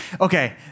Okay